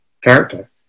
character